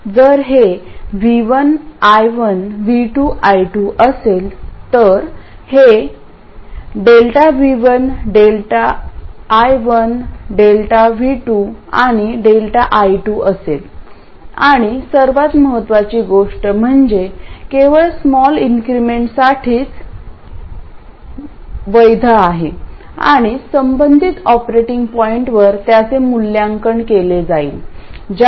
जर हे V1 I1 V2 I2 असेल तर हे Δ V1 Δ I1 Δ V2 आणि Δ I2 असेल आणि सर्वात महत्त्वाची गोष्ट म्हणजे केवळ स्मॉल इंक्रीमेंटसाठीच वैध आहे आणि संबंधित ऑपरेटिंग पॉईंटवर त्याचे मूल्यांकन केले जाते